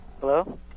Hello